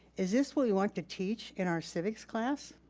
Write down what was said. is this what we want to teach in our civics class?